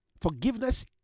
Forgiveness